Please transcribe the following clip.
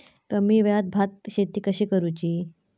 कमी वेळात भात शेती कशी करुची?